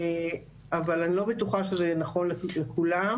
אבל אני לא בטוחה שזה נכון לכולם,